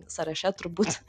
sąraše turbūt